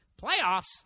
Playoffs